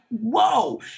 whoa